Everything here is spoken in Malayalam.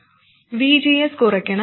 VGS കുറയ്ക്കണം